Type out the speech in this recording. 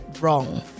wrong